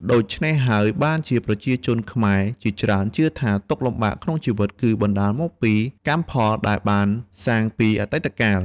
ដូច្នេះហើយបានជាប្រជាជនខ្មែរជាច្រើនជឿថា ទុក្ខលំបាកក្នុងជីវិតគឺបណ្ដាលមកពីកម្មផលដែលបានសាងពីអតីតកាល។